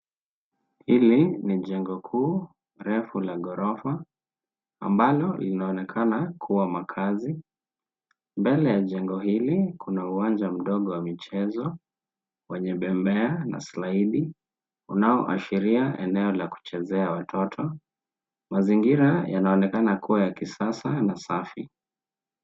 Hili ni jengo kuu refu la ghorofa ambalo linaonekana kuwa makazi. Mbele ya jengo hili kuna uwanja mdogo wa michezo wenye bembea na slaidi unaoashiria eneo la kuchezea watoto. Mazingira yanaonekana kuwa ya kisasa na safi.